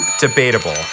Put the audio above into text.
debatable